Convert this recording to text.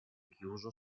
chiuso